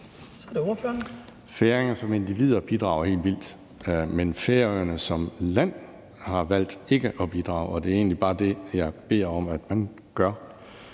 Færinger som individer bidrager helt vildt. Men Færøerne som land har valgt ikke at bidrage, og det er egentlig bare det, jeg beder om at man gør.